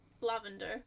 lavender